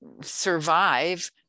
survive